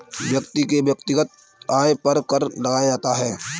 व्यक्ति के वैयक्तिक आय पर कर लगाया जाता है